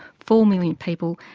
four million people,